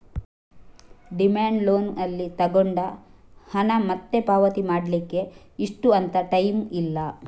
demand loan ಅಲ್ಲಿ ತಗೊಂಡ ಹಣ ಮತ್ತೆ ಪಾವತಿ ಮಾಡ್ಲಿಕ್ಕೆ ಇಷ್ಟು ಅಂತ ಟೈಮ್ ಇಲ್ಲ